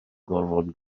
gorfod